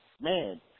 man